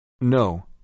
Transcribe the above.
No